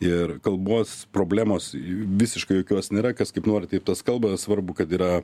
ir kalbos problemos visiškai jokios nėra kas kaip nori taip tas kalba svarbu kad yra